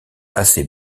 assez